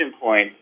point